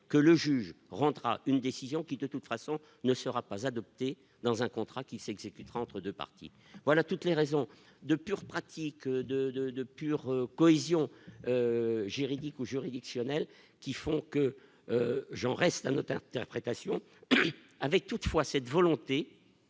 que le juge rendra une décision qui, de toute façon ne sera pas adopté dans un contrat qui s'exécutera entre 2 parties voilà toutes les raisons de pure pratique de, de, de cohésion Jéricho juridictionnel qui font que j'reste un notaire interprétation avec toutefois cette volonté.